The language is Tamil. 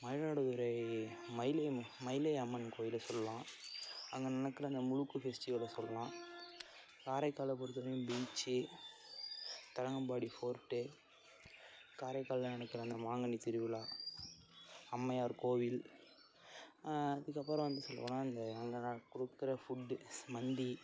மயிலாடுதுறை மயிலை மயிலை அம்மன் கோவில சொல்லலாம் அங்கே நடக்கிற அந்த முழுக்கு ஃபெஸ்டிவலை சொல்லலாம் காரைக்காலை பொறுத்தவரைக்கும் பீச்சி தரங்கம்பாடி ஃபோர்ட்டு காரைக்காலில் நடக்கிற அந்த மாங்கனி திருவிழ அம்மையார் கோவில் அதுக்கப்புறம் வந்து சொல்லப்போனால் அந்த அங்கே கொடுக்கற ஃபுட்டு மந்தி